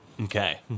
Okay